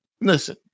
listen